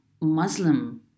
muslim